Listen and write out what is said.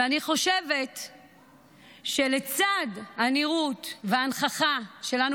ואני חושבת שלצד הנראות וההנכחה שלנו